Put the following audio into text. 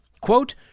quote